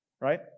right